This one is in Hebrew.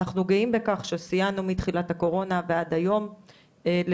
אנחנו גאים בכך שסייענו מתחילת הקורונה ועד היום לכל